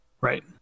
Right